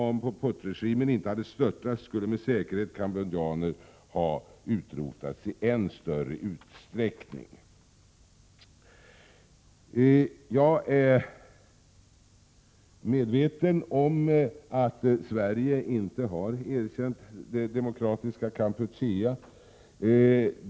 Om Pol Pot-regimen inte hade störtats skulle med säkerhet cambodjaner ha utrotats i än större utsträckning. Jag är medveten om att Sverige inte har erkänt det demokratiska Kampuchea.